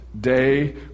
Day